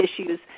issues